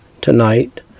tonight